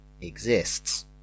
exists